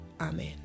Amen